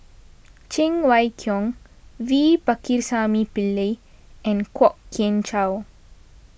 Cheng Wai Keung V Pakirisamy Pillai and Kwok Kian Chow